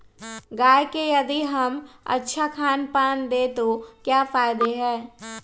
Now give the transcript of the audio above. गाय को यदि हम अच्छा खानपान दें तो क्या फायदे हैं?